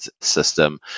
system